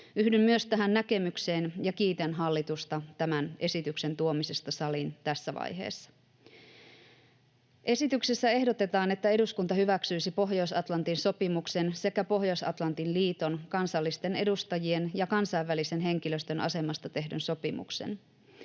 Yhdyn myös tähän näkemykseen ja kiitän hallitusta tämän esityksen tuomisesta saliin tässä vaiheessa. Esityksessä ehdotetaan, että eduskunta hyväksyisi Pohjois-Atlantin sopimuksen sekä Pohjois-Atlantin liiton kansallisten edustajien ja kansainvälisen henkilöstön asemasta tehdyn sopimuksen.